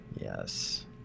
Yes